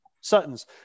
Sutton's